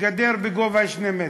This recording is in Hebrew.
גדר בגובה שני מטר.